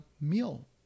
meal